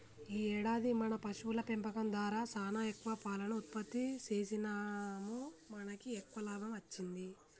ఈ ఏడాది మన పశువుల పెంపకం దారా సానా ఎక్కువ పాలను ఉత్పత్తి సేసినాముమనకి ఎక్కువ లాభం అచ్చింది